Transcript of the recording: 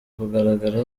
kugaragara